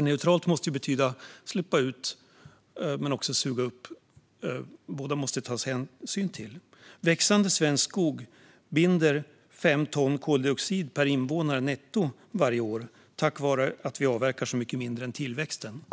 "Neutralt" måste ju betyda både att släppa ut och att suga upp - båda måste tas hänsyn till. Växande svensk skog binder 5 ton koldioxid per invånare netto varje år, tack vare att vi avverkar så mycket mindre än tillväxten.